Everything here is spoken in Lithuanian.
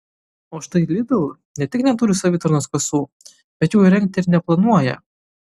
o štai lidl ne tik neturi savitarnos kasų bet jų įrengti ir neplanuoja